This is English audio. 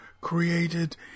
created